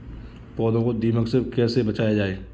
पौधों को दीमक से कैसे बचाया जाय?